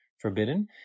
forbidden